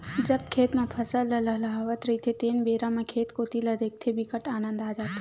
जब खेत म फसल ल लहलहावत रहिथे तेन बेरा म खेत कोती ल देखथे बिकट आनंद आ जाथे